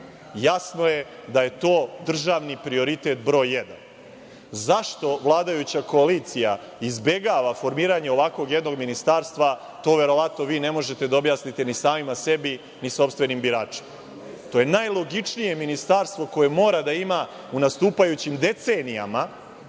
Jasno je da je to državni prioritet broj jedan. Zašto vladajuća koalicija izbegava formiranje ovakvog jednog ministarstva? To verovatno ne možete da objasnite ni sami sebi, ni sopstvenim biračima. To je najlogičnije ministarstvo koje mora da ima u nastupajućim decenijama